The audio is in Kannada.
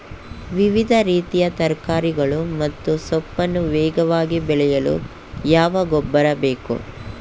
ವಿವಿಧ ರೀತಿಯ ತರಕಾರಿಗಳು ಮತ್ತು ಸೊಪ್ಪನ್ನು ವೇಗವಾಗಿ ಬೆಳೆಯಲು ಯಾವ ಗೊಬ್ಬರ ಬೇಕು?